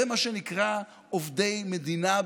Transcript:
זה מה שנקרא "עובדי מדינה",